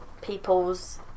people's